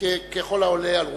ככל העולה על רוחך.